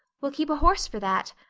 we'll keep a horse for that.